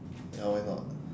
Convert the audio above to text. ya why not